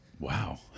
Wow